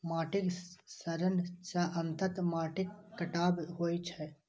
माटिक क्षरण सं अंततः माटिक कटाव होइ छै